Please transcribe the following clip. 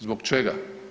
Zbog čega?